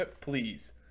Please